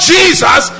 Jesus